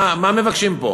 מה מבקשים פה?